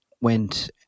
went